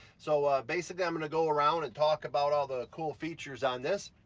so basically i'm gonna go around and talk about all the cool features on this.